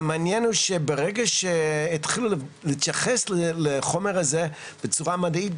והמעניין הוא שברגע שהתחילו להתייחס לחומר הזה בצורה מדעית,